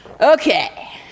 Okay